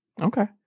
Okay